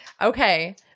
okay